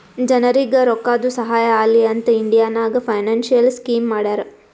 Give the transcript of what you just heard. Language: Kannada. ಜನರಿಗ್ ರೋಕ್ಕಾದು ಸಹಾಯ ಆಲಿ ಅಂತ್ ಇಂಡಿಯಾ ನಾಗ್ ಫೈನಾನ್ಸಿಯಲ್ ಸ್ಕೀಮ್ ಮಾಡ್ಯಾರ